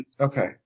Okay